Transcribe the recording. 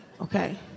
okay